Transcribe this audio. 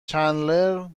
چندلر